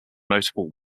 notable